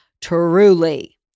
Truly